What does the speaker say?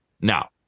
Now